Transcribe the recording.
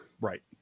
Right